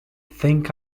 think